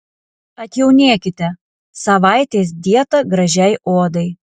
atjaunėkite savaitės dieta gražiai odai